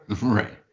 Right